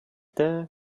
there